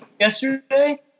yesterday